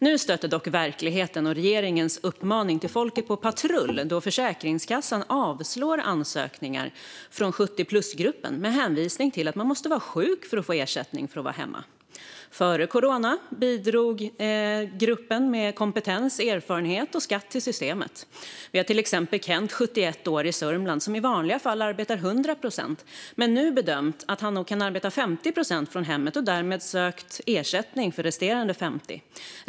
Nu stöter dock verkligheten och regeringens uppmaning till folket på patrull, då Försäkringskassan avslår ansökningar från 70-plus-gruppen med hänvisning till att man måste vara sjuk för att få ersättning för att vara hemma. Före corona bidrog gruppen med kompetens, erfarenhet och skatt till systemet. Vi har till exempel, Kent, 71 år, i Södermanland, som i vanliga fall arbetar 100 procent men som nu bedömt att han nog kan arbeta 50 procent från hemmet och därmed sökt ersättning för resterande 50.